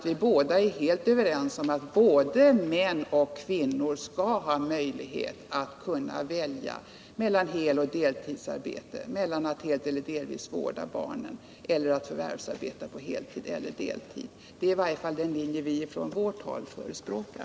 Vi är nog helt överens om att både män och kvinnor skall ha möjlighet att välja mellan att helt eller delvis vårda barnen, mellan att förvärvsarbeta på heleller deltid. Det är i varje fall den linje vi förespråkar.